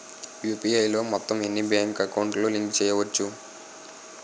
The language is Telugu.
యు.పి.ఐ లో మొత్తం ఎన్ని బ్యాంక్ అకౌంట్ లు లింక్ చేయచ్చు?